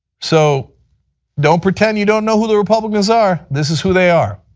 so don't pretend you don't know who the republicans are. this is who they are.